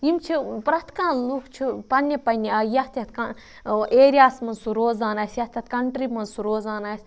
یِم چھِ پرٮ۪تھ کانٛہہ لُکھ چھِ پَننہِ پَننہِ آیہِ یَتھ یَتھ کانٛہہ ایریا ہَس مَنٛز سُہ روزان آسہِ یَتھ یَتھ کَنٹری مَنٛز سُہ روزان آسہِ